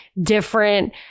different